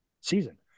season